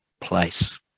place